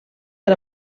per